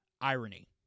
irony